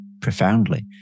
profoundly